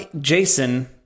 Jason